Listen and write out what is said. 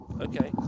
okay